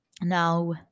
Now